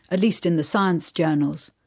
at least in the science journals.